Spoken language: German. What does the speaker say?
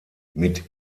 mit